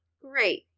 great